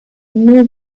new